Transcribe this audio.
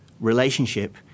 relationship